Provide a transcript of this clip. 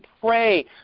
pray